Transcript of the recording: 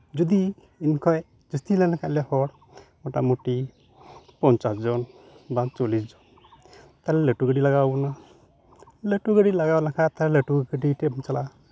ᱡᱩᱫᱤ ᱱᱤᱛ ᱠᱷᱚᱡ ᱡᱟ ᱥᱛᱤ ᱞᱮᱱᱠᱷᱟᱡ ᱞᱮ ᱦᱚᱲ ᱢᱚᱴᱟᱢᱩᱴᱤ ᱯᱚᱧᱪᱟᱥ ᱡᱚᱱ ᱵᱟᱝ ᱪᱚᱞᱞᱤᱥ ᱡᱚᱱ ᱛᱟᱞᱚᱦᱮ ᱞᱟᱹᱴᱩ ᱜᱟᱹᱰᱤ ᱞᱟᱜᱟᱣᱟᱵᱚᱱᱟ ᱞᱟᱹᱴᱩ ᱜᱟᱹᱰᱤ ᱞᱟᱜᱟᱣ ᱞᱮᱠᱷᱟᱡ ᱛᱟᱞᱚᱦᱮ ᱜᱟᱛᱮ ᱜᱟᱹᱰᱤ ᱵᱚᱱ ᱪᱟᱞᱟᱜᱼᱟ